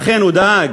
אכן, הוא דאג